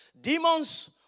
Demons